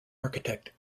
architect